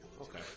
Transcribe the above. Okay